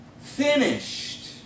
finished